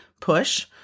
push